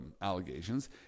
allegations